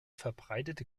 verbreitete